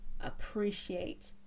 appreciate